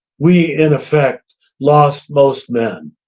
we in effect lost most men.